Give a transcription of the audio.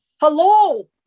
Hello